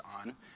on